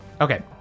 Okay